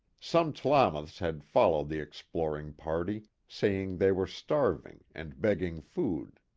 some tlamaths had followed the exploring party, saying they were starving, and begging food.